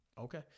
Okay